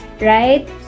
right